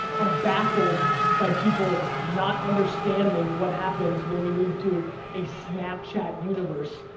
i'm baffled by people not understanding what happens when we move to a snapchat universe,